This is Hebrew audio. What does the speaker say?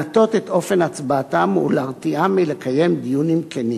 להטות את אופן הצבעתם ולהרתיעם מלקיים דיונים כנים.